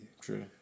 True